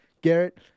Garrett